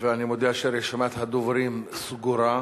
ואני מודיע שרשימת הדוברים סגורה.